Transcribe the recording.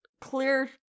clear